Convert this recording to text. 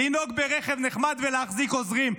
לנהוג ברכב נחמד ולהחזיק עוזרים.